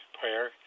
prayer